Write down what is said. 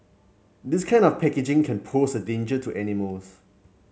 this kind of packaging can pose a danger to animals